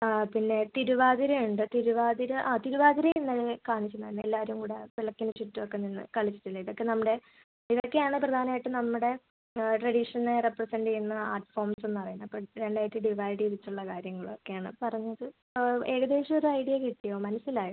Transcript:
പിന്നെ തിരുവാതിര ഉണ്ട് തിരുവാതിര ആ തിരുവാതിരയും ഇന്നലെ കാണിച്ചു തന്നു എല്ലാവരും കൂടി വിളക്കിന് ചുറ്റും ഒക്കെ നിന്ന് കളിച്ചിട്ടില്ലേ ഇതൊക്കെ നമ്മുടെ ഇതൊക്കെ ആണ് പ്രധാനമായിട്ടും നമ്മുടെ ട്രഡീഷനെ റെപ്രെസെൻ്റ് ചെയ്യുന്ന ആർട്ട് ഫോംസെന്ന് പറയുന്നത് അപ്പോൾ രണ്ട് ആയിട്ട് ഡിവൈഡ് ചെയ്തിട്ടുള്ള കാര്യങ്ങളൊക്കെയാണ് പറഞ്ഞത് ഏകദേശം ഒര് ഐഡിയ കിട്ടിയോ മനസ്സിലായോ